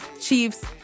chiefs